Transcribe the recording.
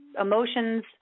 emotions